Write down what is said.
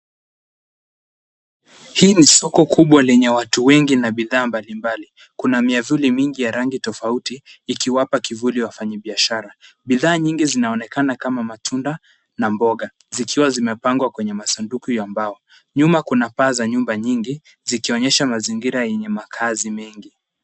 Hii ni soko kubwa lenye watu wengi na bidhaa mbalimbali. Kuna miavuli mingi ya rangi tofauti, ikiwapa kivuli wafanyi biashara. Bidhaa nyingi zinaonekana kama matunda na mboga, zikiwa zimepangwa kwenye masanduku ya mbao. Nyuma kuna paa za nyumba nyingi, zikionyesha mazingira yenye makaazi mengi.